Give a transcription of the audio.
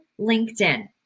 LinkedIn